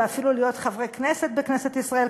ואפילו להיות חברי כנסת בכנסת ישראל,